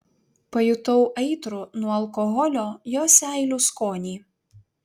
pajutau aitrų nuo alkoholio jo seilių skonį